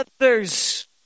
others